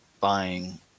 buying